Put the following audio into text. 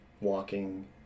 walking